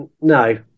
no